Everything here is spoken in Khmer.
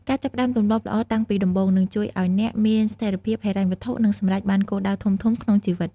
ការចាប់ផ្ដើមទម្លាប់ល្អតាំងពីដំបូង នឹងជួយឱ្យអ្នកមានស្ថិរភាពហិរញ្ញវត្ថុ និងសម្រេចបានគោលដៅធំៗក្នុងជីវិត។